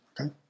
Okay